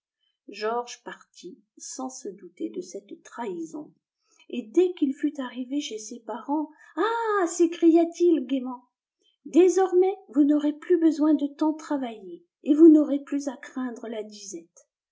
georges partit sans se douter de cette trahison et dès qu'il fut arrivé chez ses parents ahl s'écria-t-il gaiement désormais vous n'aurez plus besoin de tant travailler et vous n'aurez plus à craindre la disette